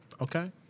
Okay